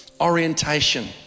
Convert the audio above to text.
orientation